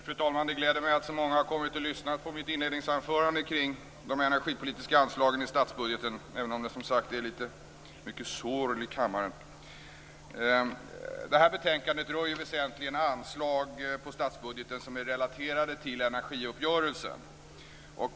Fru talman! Det gläder mig att så många har kommit för att lyssna till mitt inledningsanförande kring de energipolitiska anslagen i statsbudgeten, även om det är litet mycket sorl i kammaren. Detta betänkande rör väsentligen anslag på statsbudgeten som är relaterade till energiuppgörelsen.